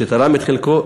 שתרם את חלקו,